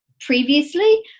previously